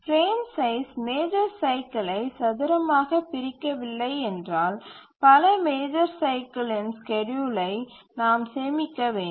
frame size major சைக்கிலை சதுரமாகப் பிரிக்கவில்லை என்றால் பல மேஜர் சைக்கிலின் ஸ்கேட்யூலை நாம் சேமிக்க வேண்டும்